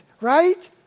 right